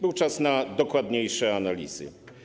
Był czas na dokładniejsze analizy.